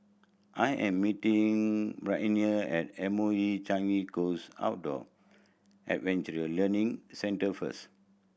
I am meeting Brianne at M O E Changi Coast Outdoor Adventure Learning Centre first